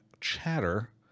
chatter